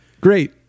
great